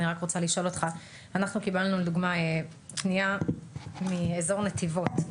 אני רק רוצה לשאול אותך: אנחנו קיבלנו לדוגמה פנייה מאזור נתיבות.